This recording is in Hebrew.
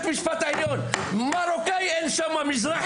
כיום בית המשפט העליון כולו מורכב מאותו